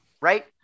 right